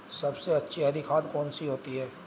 सबसे अच्छी हरी खाद कौन सी होती है?